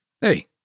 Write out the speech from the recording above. Hey